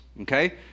okay